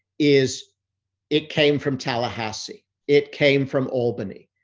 is it came from tallahassee, it came from albany,